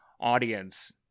audience